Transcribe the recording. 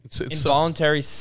involuntary